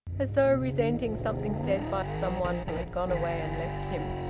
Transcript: as though resenting something said by some one who had gone away and left him.